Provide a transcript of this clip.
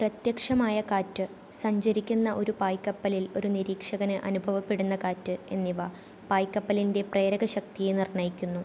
പ്രത്യക്ഷമായ കാറ്റ് സഞ്ചരിക്കുന്ന ഒരു പായ്ക്കപ്പലിൽ ഒരു നിരീക്ഷകന് അനുഭവപ്പെടുന്ന കാറ്റ് എന്നിവ പായ്ക്കപ്പലിൻ്റെ പ്രേരക ശക്തിയെ നിർണ്ണയിക്കുന്നു